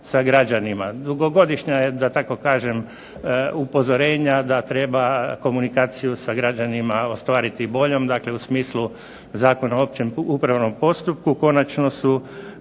sa građanima. Dugogodišnja da tako kažem upozorenja da treba komunikaciju sa građanima ostvariti boljom, dakle u smislu Zakona o općem upravnom postupku, konačno su